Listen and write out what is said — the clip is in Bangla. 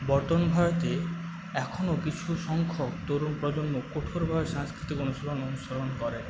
বর্তমান ভারতে এখনো কিছু সংখ্যক তরুণ প্রজন্ম কঠোরভাবে সাংস্কৃতিক অনুশীলন অনুসরণ করে